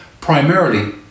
primarily